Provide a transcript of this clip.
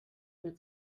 mehr